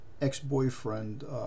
ex-boyfriend